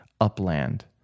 upland